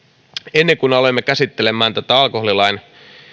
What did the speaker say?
ennen kuin aloimme käsittelemään tätä alkoholilain